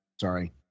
sorry